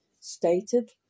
stated